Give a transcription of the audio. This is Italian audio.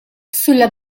sulla